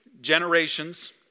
Generations